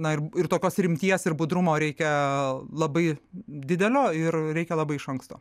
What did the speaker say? na ir tokios rimties ir budrumo reikia labai didelio ir reikia labai iš anksto